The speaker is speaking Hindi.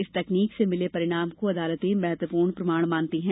इस तकनीक से मिले परिणाम को अदालतें महत्वपूर्ण प्रमाण मानती है